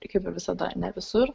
tai kaip ir visada ne visur